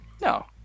No